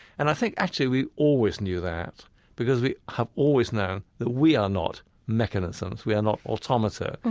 and i think, actually, we always knew that because we have always known that we are not mechanisms. we are not automata.